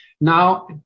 Now